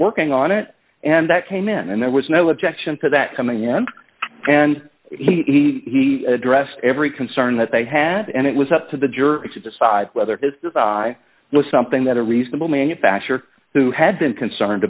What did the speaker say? working on it and that came in and there was no objection to that coming in and he addressed every concern that they had and it was up to the jury to decide whether this is i was something that a reasonable manufacturer who had been concerned